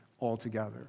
altogether